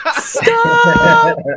Stop